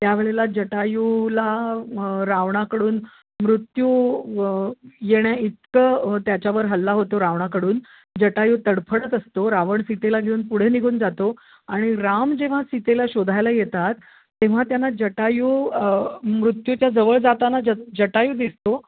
त्यावेळेला जटायूला रावणाकडून मृत्यू येण्याइतकं त्याच्यावर हल्ला होतो रावणाकडून जटायू तडफडत असतो रावण सीतेला घेऊन पुढे निघून जातो आणि राम जेव्हा सीतेला शोधायला येतात तेव्हा त्यांना जटायू मृत्यूच्या जवळ जाताना ज जटायू दिसतो